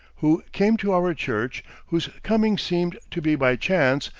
who came to our church whose coming seemed to be by chance,